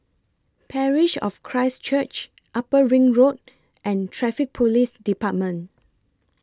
Parish of Christ Church Upper Ring Road and Traffic Police department